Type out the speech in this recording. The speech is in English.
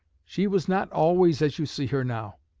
she was not always as you see her now.